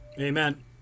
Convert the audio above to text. Amen